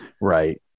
right